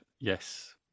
Yes